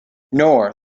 nor